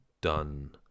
done